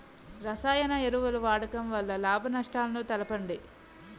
రసాయన ఎరువుల వాడకం వల్ల లాభ నష్టాలను తెలపండి?